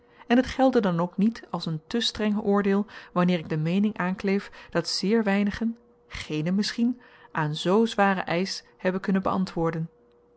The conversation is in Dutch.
en t gelde dan ook niet als een te streng oordeel wanneer ik de meening aankleef dat zeer weinigen geenen misschien aan z zwaren eisch hebben kunnen beantwoorden